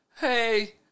hey